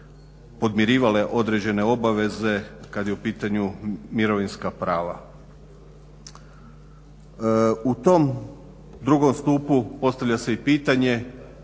podmirivale određene obaveze kad je u pitanju mirovinska prava. U tom drugom stupu postavlja se i pitanje